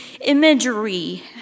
imagery